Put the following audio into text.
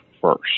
first